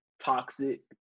toxic